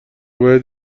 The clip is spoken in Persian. باید